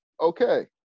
okay